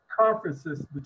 Conferences